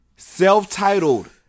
Self-titled